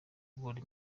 god